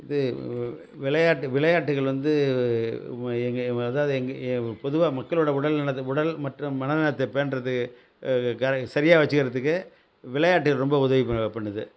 இது விளையாட்டு விளையாட்டுக்கள் வந்து எங்கே அதாவது எங்கே ஏன் பொதுவாக மக்களோட உடல் நலத்தை உடல் மற்றும் மன நலத்தை பேணுறது சரியாக வச்சுக்கிறதுக்கு விளையாட்டு ரொம்ப உதவி பண்ணுது